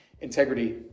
integrity